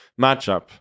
matchup